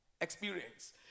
experience